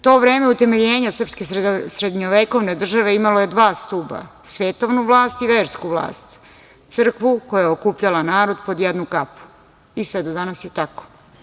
To vreme utemeljenja srpske srednjovekovne države imalo je dva stuba - svetovnu vlast i versku vlast, crkvu koja je okupljala narod pod jednu kapu i sve do danas je tako.